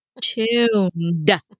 tuned